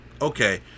okay